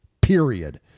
period